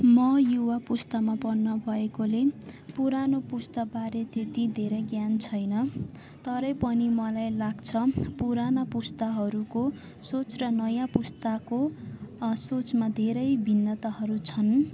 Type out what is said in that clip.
म युवा पुस्तामा पर्न गएकोले पुरानो पुस्ताबारे त्यति धेरै ज्ञान छैन तर पनि मलाई लाग्छ पुराना पुस्ताहरूको सोच र नयाँ पुस्ताको सोचमा धेरै भिन्नताहरू छन्